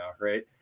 Right